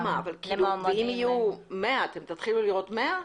אם יהיו 100 אתם תראו 100?